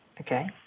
Okay